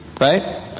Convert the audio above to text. Right